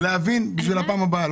אלא אני רוצה להבין לפעם הבאה.